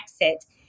exit